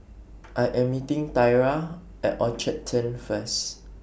I Am meeting Thyra At Orchard Turn First